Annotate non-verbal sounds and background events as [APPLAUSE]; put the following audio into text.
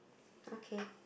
[BREATH] okay